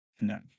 No